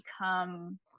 become